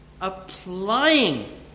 applying